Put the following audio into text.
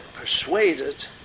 persuaded